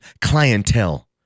clientele